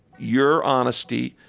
your honesty.